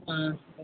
हाँ